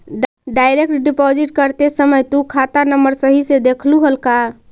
Direct deposit करते समय तु खाता नंबर सही से देखलू हल का?